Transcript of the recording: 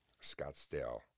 Scottsdale